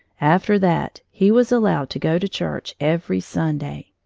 after that he was allowed to go to church every sunday.